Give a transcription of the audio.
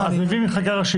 אתה מדבר על אסתטיקה חקיקתית?